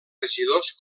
regidors